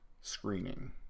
screening